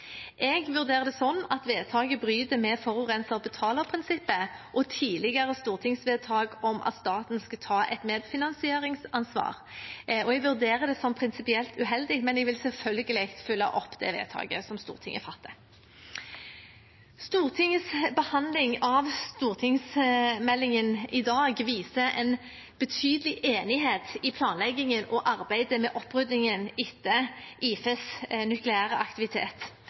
Jeg vurderer at vedtaket bryter med forurenser-betaler-prinsippet og tidligere stortingsvedtak om at staten skal ta et medfinansieringsansvar. Jeg vurderer det som prinsipielt uheldig, men vil selvfølgelig følge opp vedtaket som Stortinget fatter. Stortingets behandling av stortingsmeldingen i dag viser en betydelig enighet i planleggingen og arbeidet med oppryddingen etter IFEs nukleære aktivitet.